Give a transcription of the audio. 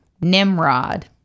Nimrod